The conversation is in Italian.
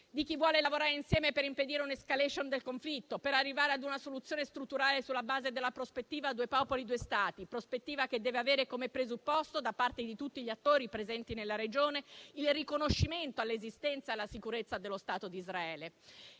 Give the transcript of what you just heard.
di chi vuole lavorare insieme per impedire un'*escalation* del conflitto e per arrivare ad una soluzione strutturale sulla base della prospettiva "due popoli, due Stati", prospettiva che deve avere come presupposto, da parte di tutti gli attori presenti nella regione, il riconoscimento all'esistenza e alla sicurezza dello Stato di Israele.